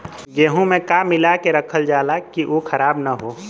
गेहूँ में का मिलाके रखल जाता कि उ खराब न हो?